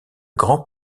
grand